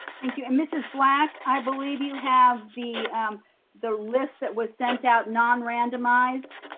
thank you. and mrs. black, i believe you have the um the list that was sent out non-randomized.